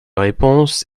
réponse